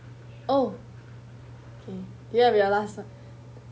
oh okay ya we are last one